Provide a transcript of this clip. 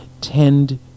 tend